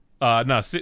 No